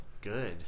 Good